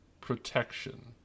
protection